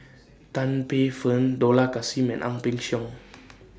Tan Paey Fern Dollah Kassim and Ang Peng Siong